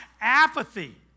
Apathy